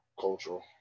cultural –